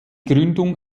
gründung